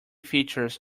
features